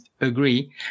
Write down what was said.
agree